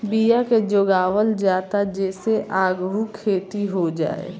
बिया के जोगावल जाता जे से आगहु खेती हो जाए